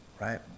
right